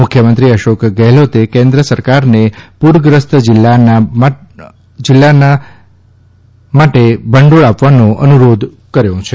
મુખ્યમંત્રી અશોક ગેહલોત કેન્દ્ર સરકારને પૂરગ્રસ્ત જિલ્લાના માટે ભંડોળ આપવાનો અનુરોધ કર્યો છે